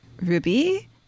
Ruby